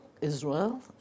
Israel